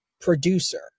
producer